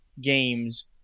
games